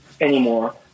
anymore